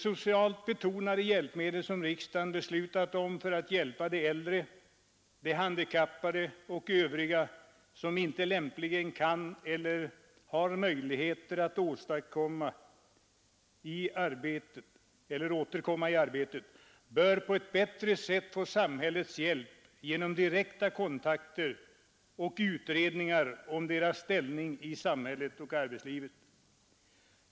Riksdagen har beslutat om socialt betonade åtgärder för att hjälpa de äldre, de handikappade och övriga som inte har möjligheter att återkomma i arbetet. Men dessa bör på ett bättre sätt få samhällets stöd genom direkta kontakter och genom utredningar om deras ställning i samhället och arbetslivet.